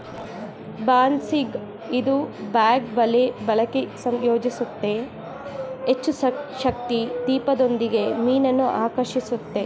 ಬಾಸ್ನಿಗ್ ಇದು ಬ್ಯಾಗ್ ಬಲೆ ಬಳಕೆ ಸಂಯೋಜಿಸುತ್ತೆ ಹೆಚ್ಚುಶಕ್ತಿ ದೀಪದೊಂದಿಗೆ ಮೀನನ್ನು ಆಕರ್ಷಿಸುತ್ತೆ